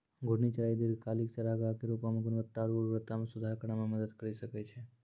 घूर्णि चराई दीर्घकालिक चारागाह के रूपो म गुणवत्ता आरु उर्वरता म सुधार करै म मदद करि सकै छै